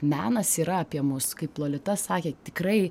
menas yra apie mus kaip lolita sakė tikrai